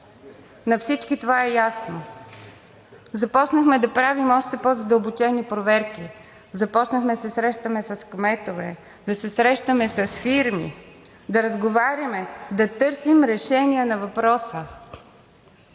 На всички това е ясно. Започнахме да правим още по задълбочени проверки, започнахме да се срещаме с кметове, да се срещаме с фирми, да разговаряме, да търсим решение на въпроса.